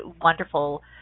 wonderful